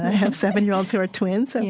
have seven-year-olds who are twins.